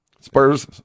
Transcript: Spurs